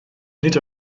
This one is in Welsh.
nid